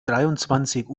dreiundzwanzig